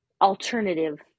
alternative